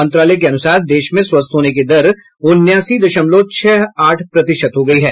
मंत्रालय के अनूसार देश में स्वस्थ होने की दर उन्नासी दशमलव छह आठ प्रतिशत हो गई है